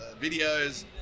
videos